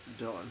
Dylan